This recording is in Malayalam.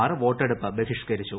മാർ വോട്ടെടുപ്പ് ബഹിഷ്കരിച്ചു